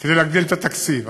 כדי להגדיל את התקציב.